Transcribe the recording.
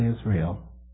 Israel